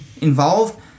involved